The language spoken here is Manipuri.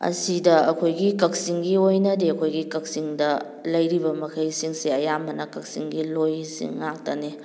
ꯑꯁꯤꯗ ꯑꯩꯈꯣꯏꯒꯤ ꯀꯛꯆꯤꯡꯒꯤ ꯑꯣꯏꯅꯗꯤ ꯑꯩꯈꯣꯏꯒꯤ ꯀꯛꯆꯤꯡꯗ ꯂꯩꯔꯤꯕ ꯃꯈꯩꯁꯤꯡꯁꯦ ꯑꯌꯥꯝꯕꯅ ꯀꯛꯆꯤꯡꯒꯤ ꯂꯣꯏꯁꯤꯡ ꯉꯥꯛꯇꯅꯤ